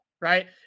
Right